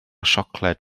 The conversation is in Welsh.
siocled